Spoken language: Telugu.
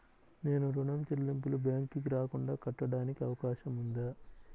నేను ఋణం చెల్లింపులు బ్యాంకుకి రాకుండా కట్టడానికి అవకాశం ఉందా?